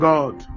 God